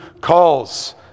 calls